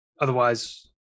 otherwise